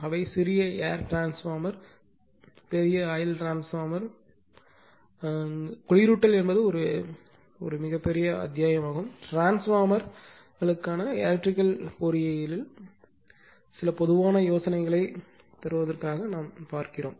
அவை சிறிய air transformer பெரிய ஆயில் டிரான்ஸ்பார்மர் குளிரூட்டல் என்பது ஒரு பெரிய அத்தியாயமாகும் டிரான்ஸ்பார்மர்களுக்கான எலக்ட்ரிகல் பொறியியலில் சில பொதுவான யோசனைகளைத் தருவதற்காக பார்ப்போம்